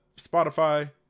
Spotify